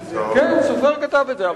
כן, הסופר כתב את זה.